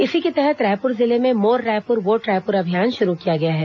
इसी के तहत रायपुर जिले में मोर रायपुर वोट रायपुर अभियान शुरू किया गया है